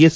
S